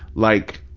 like,